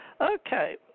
Okay